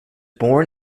born